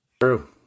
True